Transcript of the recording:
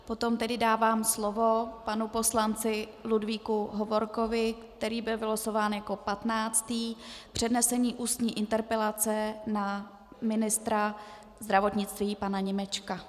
Potom tedy dávám slovo panu poslanci Ludvíku Hovorkovi, který byl vylosován jako patnáctý k přednesení ústní interpelace na ministra zdravotnictví pana Němečka.